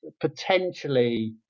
potentially